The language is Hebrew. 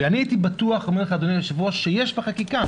אני הייתי בטוח שיש בחקיקה.